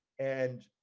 and